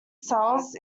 cells